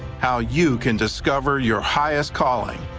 how you can discover your highest calling.